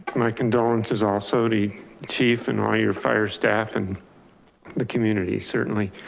my condolences also the chief and all your fire staff and the community, certainly.